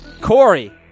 Corey